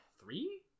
three